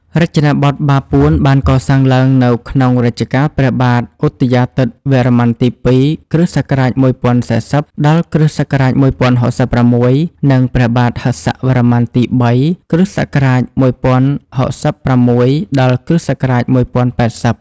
រចនាបថបាពួន បានកសាងឡើងនៅក្នុងរជ្ជកាលព្រះបាទឧទយាទិត្យវរ្ម័នទី ២ (គ.ស.១០៤០ ដល់ គ.ស.១០៦៦) និង ព្រះបាទហិសវរ្ម័នទី ៣ (គ.ស.១០៦៦ ដល់ គ.ស. ១០៨០)។